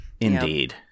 Indeed